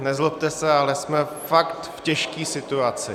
Nezlobte se, ale jsme fakt v těžké situaci.